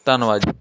ਧੰਨਵਾਦ ਜੀ